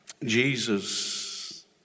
Jesus